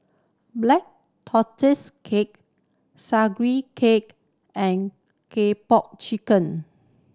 Black Tortoise Cake Sugee Cake and Kung Po Chicken